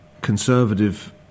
conservative